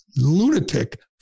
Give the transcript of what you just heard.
lunatic